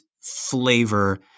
flavor